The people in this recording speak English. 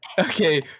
Okay